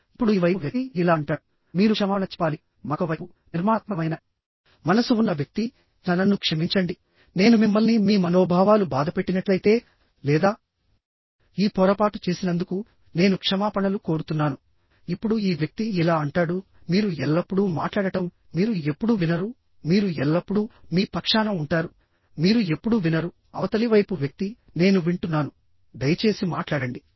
ఇప్పుడు ఈ వైపు వ్యక్తి ఇలా అంటాడు మీరు క్షమాపణ చెప్పాలి మరొక వైపు నిర్మాణాత్మకమైన మనసు ఉన్న వ్యక్తి నన్ను క్షమించండి నేను మిమ్మల్ని మీ మనోభావాలు బాధపెట్టినట్లయితే లేదాఈ పొరపాటు చేసినందుకు నేను క్షమాపణలు కోరుతున్నాను ఇప్పుడు ఈ వ్యక్తి ఇలా అంటాడుః మీరు ఎల్లప్పుడూ మాట్లాడటం మీరు ఎప్పుడూ వినరు మీరు ఎల్లప్పుడూ మీ పక్షాన ఉంటారు మీరు ఎప్పుడూ వినరు అవతలి వైపు వ్యక్తి నేను వింటున్నాను దయచేసి మాట్లాడండి